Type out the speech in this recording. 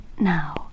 now